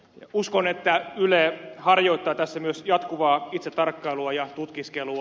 uskon että yle harjoittaa tässä myös jatkuvaa itsetarkkailua ja tutkiskelua